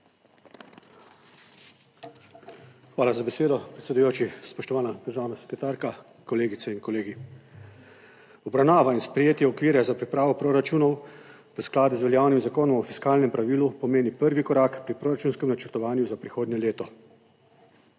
Hvala za besedo, predsedujoči. Spoštovana državna sekretarka, kolegice in kolegi! Obravnava in sprejetje okvirja za pripravo proračunov v skladu z veljavnim Zakonom o fiskalnem pravilu pomeni prvi korak pri proračunskem načrtovanju za prihodnje leto.